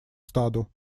стаду